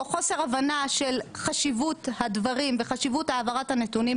או חוסר הבנה של חשיבות הדברים וחשיבות העברת הנתונים